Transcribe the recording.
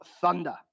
thunder